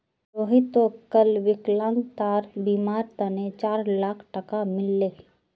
रोहितक कल विकलांगतार बीमार तने चार लाख टका मिल ले